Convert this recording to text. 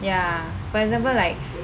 ya for example like